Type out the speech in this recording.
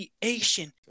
creation